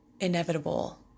inevitable